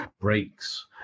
breaks